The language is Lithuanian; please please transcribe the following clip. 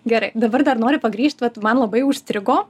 gerai dabar dar noriu pagrįžt vat man labai užstrigo